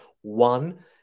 One